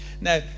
now